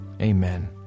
Amen